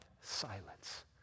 silence